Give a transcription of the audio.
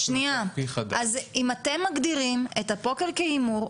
אז אם אתם מגדירים את הפוקר כהימור,